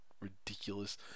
ridiculous